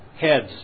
heads